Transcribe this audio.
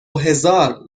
هزار